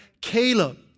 Caleb